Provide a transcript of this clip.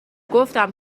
گفتم